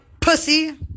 pussy